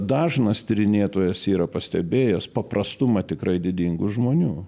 dažnas tyrinėtojas yra pastebėjęs paprastumą tikrai didingų žmonių